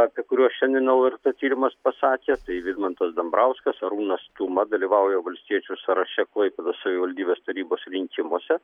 apie kuriuos šiandien lrt tyrimas pasakė tai vidmantas dambrauskas arūnas stuma dalyvauja valstiečių sąraše klaipėdos savivaldybės tarybos rinkimuose